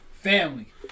family